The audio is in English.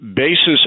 Basis